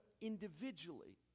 individually